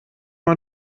man